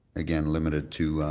again, limited to